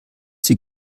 sie